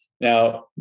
Now